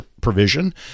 provision